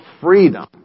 freedom